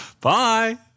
Bye